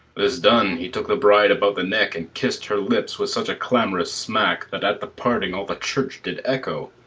this done, he took the bride about the neck, and kiss'd her lips with such a clamorous smack that at the parting all the church did echo.